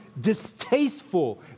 distasteful